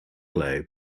glow